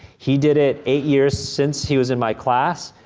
he did it eight years since he was in my class.